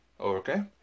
Okay